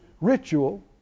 ritual